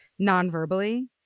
nonverbally